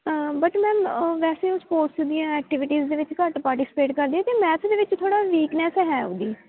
but ma'am ਵੈਸੇ ਉਹ sports ਦੀਆਂ ਐਕਟੀਵਿਟੀਜ਼ ਦੇ ਵਿੱਚ ਘੱਟ ਪਾਰਟੀਸਪੇਟ ਕਰਦੀ ਅਤੇ ਮੈਥ ਦੇ ਵਿੱਚ ਥੋੜ੍ਹਾ ਵੀਕਨੈਸ ਹੈ ਉਹਦੀ